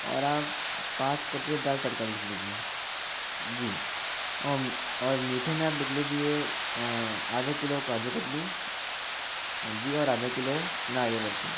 और आप पाँच कटोरी दाल तड़का भी लिख लीजिए जी और और मीठे में आप लिख लीजिए आधा किलो काजू कतली जी और आधा किलो नारियल बर्फ़ी